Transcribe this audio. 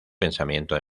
pensamiento